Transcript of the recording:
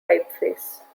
typeface